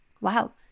wow